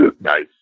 Nice